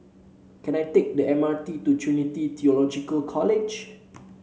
can I take the M R T to Trinity Theological College